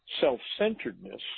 self-centeredness